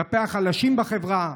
כלפי החלשים בחברה.